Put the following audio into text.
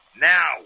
Now